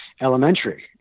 Elementary